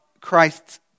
Christ's